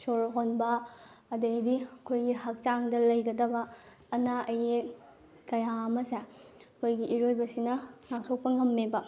ꯁꯣꯔ ꯍꯣꯟꯕ ꯑꯗꯩꯗꯤ ꯑꯩꯈꯣꯏꯒꯤ ꯍꯛꯆꯥꯡꯗ ꯂꯩꯒꯗꯕ ꯑꯅꯥ ꯑꯌꯦꯛ ꯀꯌꯥ ꯑꯃꯁꯦ ꯑꯩꯈꯣꯏꯒꯤ ꯏꯔꯣꯏꯕꯁꯤꯅ ꯉꯥꯛꯊꯣꯛꯄ ꯉꯝꯃꯦꯕ